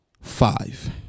Five